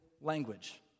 language